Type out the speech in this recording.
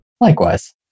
Likewise